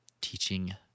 teaching